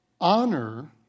Honor